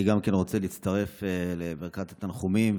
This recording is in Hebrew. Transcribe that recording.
גם אני רוצה להצטרף לברכת התנחומים,